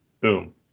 boom